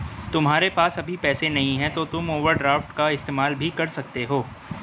तुम्हारे पास अभी पैसे नहीं है तो तुम ओवरड्राफ्ट का इस्तेमाल भी कर सकते हो